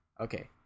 Okay